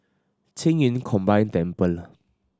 Qing Yun Combine Temple